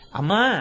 ama